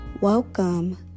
Welcome